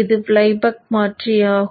இது flyback மாற்றி ஆகும்